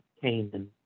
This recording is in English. Canaan